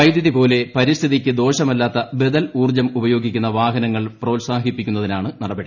വൈദ്യുതി പോലെ പരിസ്ഥിതിക്ക് ദോഷമല്ലാത്ത ബദൽ ഊർജ്ജം ഉപയോഗിക്കുന്ന വാഹനങ്ങൾ പ്രോത്സാഹിപ്പിക്കുന്നതിനാണ് നടപടി